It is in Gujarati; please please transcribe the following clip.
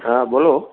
હા બોલો